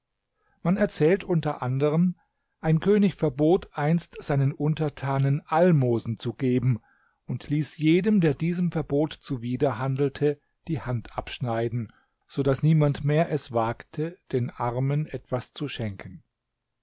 man erzählt unter anderm ein könig verbot einst seinen untertanen almosen zu geben und ließ jedem der diesem verbot zuwider handelte die hand abschneiden so daß niemand mehr es wagte den armen etwas zu schenken